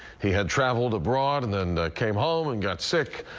he had traveled abroad and and came home and got sick.